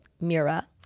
Mira